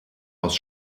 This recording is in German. aus